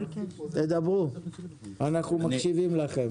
אנחנו מקשיבים לכם.